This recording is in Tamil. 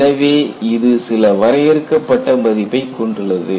எனவே இது சில வரையறுக்கப்பட்ட மதிப்பைக் கொண்டுள்ளது